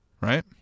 right